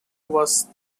was